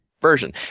version